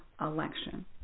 election